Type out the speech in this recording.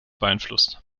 beeinflusst